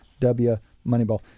WMoneyball